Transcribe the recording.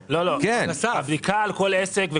בדיקה על כל עסק.